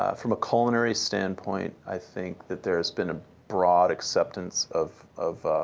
ah from a culinary standpoint, i think that there's been a broad acceptance of of